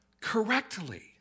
correctly